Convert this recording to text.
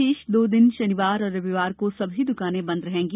शेष दो दिन शनिवार और रविवार को सभी दुकानें बन्द रहेगी